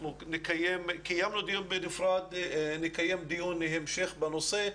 קיימנו דיון בנפרד, נקיים דיון המשך בנושא,